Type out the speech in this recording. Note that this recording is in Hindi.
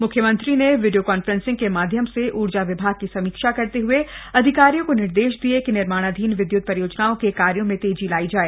मुख्यमंत्री ने वीडियो कांफ्रेंस के माध्यम से ऊर्जा विभाग की समीक्षा करते हए अधिकारियों को निर्देश दिये कि निर्माणाधीन विद्युत परियोजनाओं के कार्यों में तेजी लाई जाय